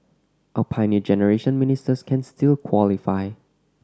our Pioneer Generation Ministers can still qualify